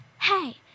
hey